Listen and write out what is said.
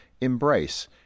embrace